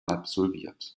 absolviert